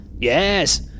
Yes